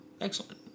Excellent